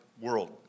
world